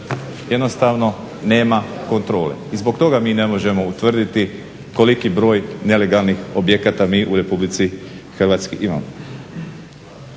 jednostavno nema kontrole i zbog toga mi ne možemo utvrditi toliki broj nelegalnih objekata mi u Republici Hrvatskoj imamo.